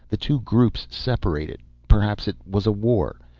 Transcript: the two groups separated. perhaps it was a war,